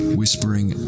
whispering